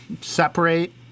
separate